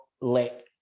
let